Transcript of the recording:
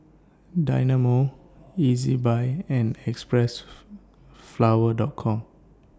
Dynamo Ezbuy and Xpressflower Com